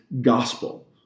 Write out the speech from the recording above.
gospel